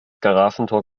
garagentor